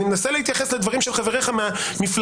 אני מנסה להתייחס לדברים של חבריך מהמפלגה,